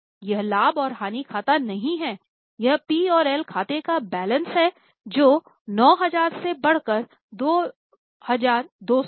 यह लाभ और हानि खाता नहीं है यह पी और एल खाते का बैलेंस है जो 9000 से बढ़कर 2200 है